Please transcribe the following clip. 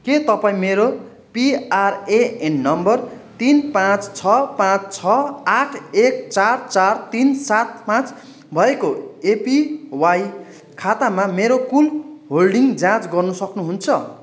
के तपाईँँ मेरो पिआरएएन नम्बर तिन पाँच छ पाँच छ आठ एक चार चार तिन सात पाँच भएको एपिवाई खातामा मेरो कुल होल्डिङ जाँच गर्न सक्नुहुन्छ